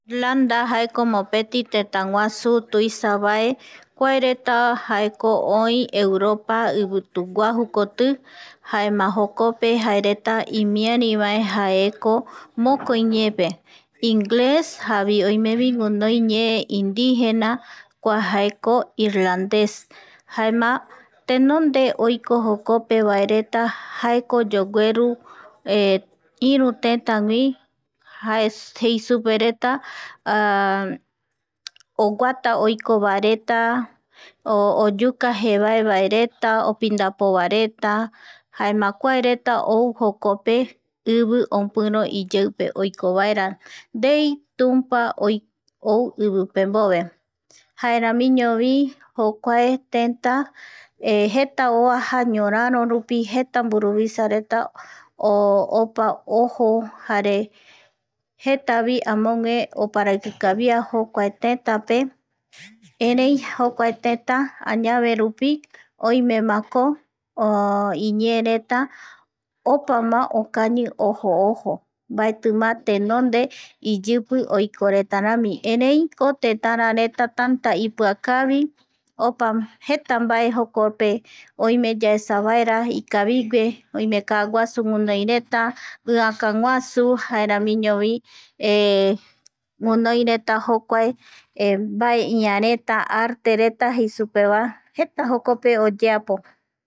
Cultura Irlanda jaeko mopeti tëtaguaju, jokope yaesa tembiu jeengatureta kua jaeko irish, stef, fish jei superetava jaeramiñovi oyuvangareta jokua oyuvangareta jokua yuvanga gaelico jare bulin, kua jaeko tradiciones supereta esa jaereta omboeteviko san patricio, jaeramiñovi jaereta jokope guiroviako mopeti duende travieso jei superetavae kua jaeko guirovia je vaereta, jukurai jaereta guinoi jokua simbolo jaeramiñovi guinoireta influencia vikingo, oyemocaracteriza música, literatura, arte, cocina, danza, iñeepe ombopu folklore jare guinoi jeta tradicionesreta